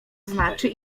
znaczy